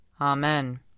Amen